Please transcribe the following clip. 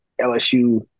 LSU